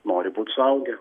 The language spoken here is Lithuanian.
nori būt suaugę